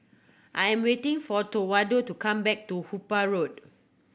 I'm waiting for Towanda to come back to Hooper Road